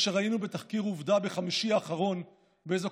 אחרי שראינו בתחקיר "עובדה" בחמישי האחרון באיזו